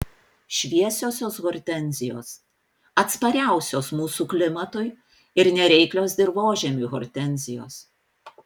šviesiosios hortenzijos atspariausios mūsų klimatui ir nereiklios dirvožemiui hortenzijos